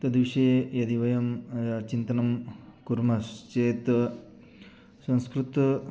तद्विषये यदि वयं चिन्तनं कुर्मश्चेत् संस्कृतं